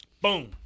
Boom